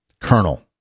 Colonel